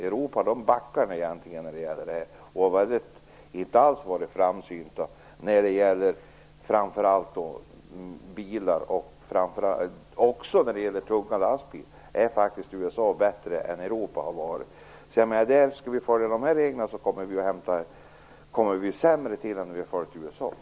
Europa har inte alls varit framsynt utan backar egentligen när det gäller framför allt bilar. Också när det gäller tunga lastbilar har faktiskt USA varit bättre än Europa. Skall vi följa EU:s regler kommer vi att ligga sämre till än om vi hade följt USA:s.